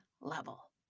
level